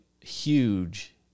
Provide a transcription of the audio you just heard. huge